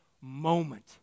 moment